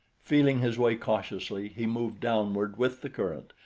feeling his way cautiously he moved downward with the current,